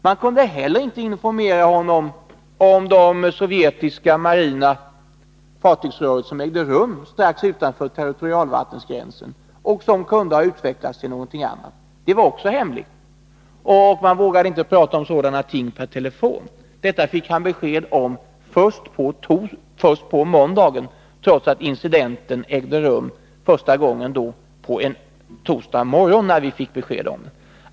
Man kunde inte heller informera honom om de sovjetiska marina fartygsrörelser som ägde rum strax utanför territorialvattengränsen och som kunde ha utvecklats till något annat. Även det var hemligt. Man vågade inte prata om sådana ting i telefon. Detta fick försvarsministern besked om först på måndagen.